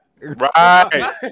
Right